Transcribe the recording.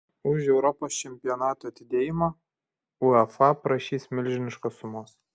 už europos čempionato atidėjimą uefa prašys milžiniškos sumos